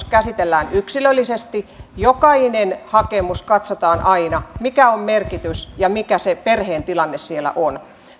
käsitellään yksilöllisesti jokainen hakemus katsotaan aina että mikä on merkitys ja mikä se perheen tilanne siellä on